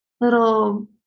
little